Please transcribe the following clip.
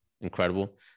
incredible